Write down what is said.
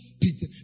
Peter